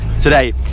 today